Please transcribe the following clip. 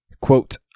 quote